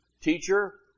teacher